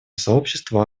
сообщество